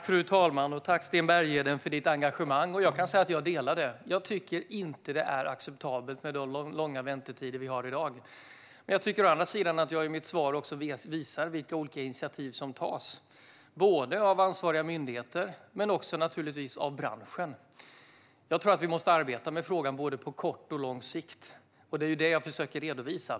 Fru talman! Tack, Sten Bergheden, för ditt engagemang. Jag kan säga att jag delar det: Jag tycker inte att det är acceptabelt med de långa väntetider vi har i dag. Jag tycker å andra sidan att jag i mitt svar också visar vilka olika initiativ som tas, av ansvariga myndigheter men också naturligtvis av branschen. Jag tror att vi måste arbeta med frågan på både kort och lång sikt, och det är det jag försöker redovisa.